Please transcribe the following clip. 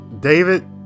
david